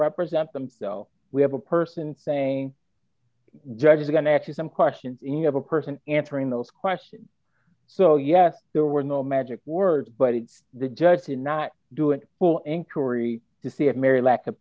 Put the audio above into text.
represent them so we have a person saying judges are going to ask you some questions you have a person answering those questions so yes there were no magic words but it's the judge did not do it will anchor e to see it mary lack of